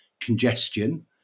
congestion